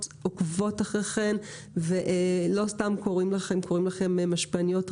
עוקבות אחריכן ולא סתם קוראים לכם משפיעניות רשת,